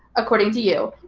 according to you,